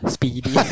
Speedy